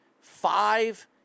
five